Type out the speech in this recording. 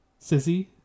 Sissy